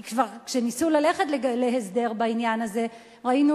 כי כבר כשניסו ללכת להסדר בעניין הזה ראינו